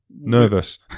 Nervous